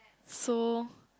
so